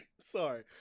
Sorry